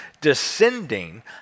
descending